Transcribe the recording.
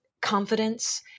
confidence